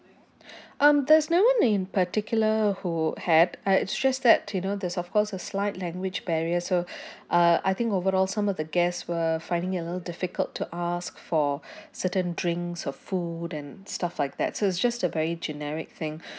um there's no one in particular who had uh it's just that you know there's of course a slight language barrier so uh I think overall some of the guests were finding a little difficult to ask for certain drinks or food and stuff like that so it's just a very generic thing